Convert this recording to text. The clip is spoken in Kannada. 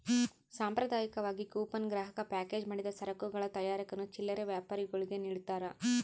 ಸಾಂಪ್ರದಾಯಿಕವಾಗಿ ಕೂಪನ್ ಗ್ರಾಹಕ ಪ್ಯಾಕೇಜ್ ಮಾಡಿದ ಸರಕುಗಳ ತಯಾರಕರು ಚಿಲ್ಲರೆ ವ್ಯಾಪಾರಿಗುಳ್ಗೆ ನಿಡ್ತಾರ